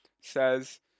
says